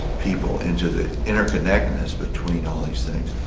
people into the interconnectedness between all these things,